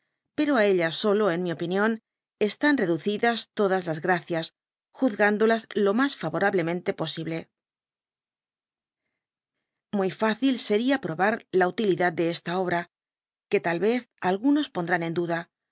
pero á ellas solo en mi opinión están reducidas todas las gracias juzgándolas lo mas favorablemente posible muy fácil seria probar la utilidad de esta obra que tal vez algunos pondrán en duda